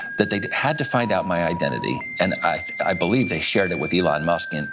that they had to find out my identity. and i believe they shared it with elon musk. and